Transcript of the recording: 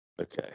okay